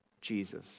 Jesus